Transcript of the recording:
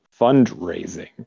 fundraising